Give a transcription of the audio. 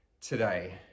today